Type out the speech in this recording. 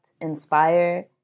inspire